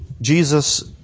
Jesus